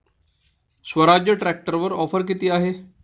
स्वराज्य ट्रॅक्टरवर ऑफर किती आहे?